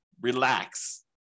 Relax